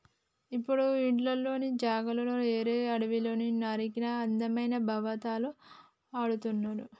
ఇప్పుడు ఇండ్ల జాగలు కరువై అడవుల్ని నరికి అందమైన భవంతులు కడుతుళ్ళు